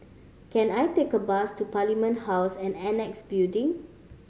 can I take a bus to Parliament House and Annexe Building